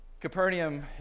Capernaum